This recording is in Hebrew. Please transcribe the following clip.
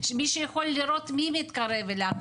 מי שיכול לראות מי מתקרב אליו,